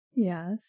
Yes